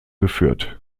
geführt